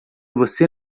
você